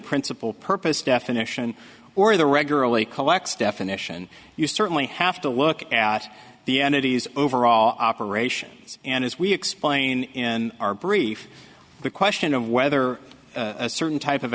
principal purpose definition or the regularly collects definition you certainly have to look at the energies overall operations and as we explain in our brief the question of whether a certain type of